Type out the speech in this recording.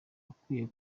ukwiye